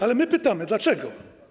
Ale my pytamy: Dlaczego?